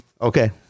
okay